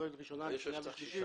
נדון בזה לקראת קריאה שנייה ושלישית.